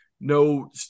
No